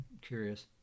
curious